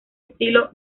estilo